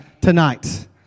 tonight